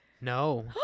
no